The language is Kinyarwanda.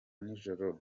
nijoro